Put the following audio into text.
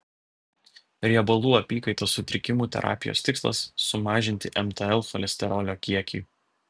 riebalų apykaitos sutrikimų terapijos tikslas sumažinti mtl cholesterolio kiekį